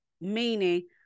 meaning